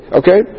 okay